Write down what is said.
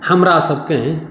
हमरासभकेँ